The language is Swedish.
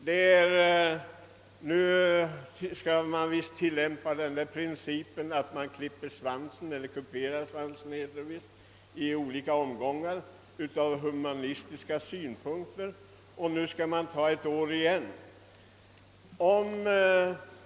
Nu skall man visst tillämpa principen att man skall kupera svansen i flera omgångar av humanitära skäl, och i detta sammanhang tycks man vilja nöja sig med ett år i taget.